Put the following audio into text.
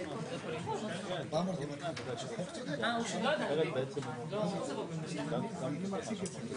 הוועד נסגר בדקה ה-90, זה לא רלוונטי לגבי זה.